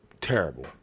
terrible